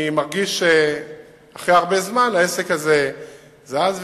אני מרגיש אחרי הרבה זמן שהעסק הזה זז,